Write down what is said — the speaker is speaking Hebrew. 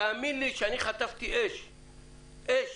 תאמין לי שחטפתי אש